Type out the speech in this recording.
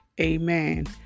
Amen